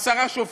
עשרה שופטים,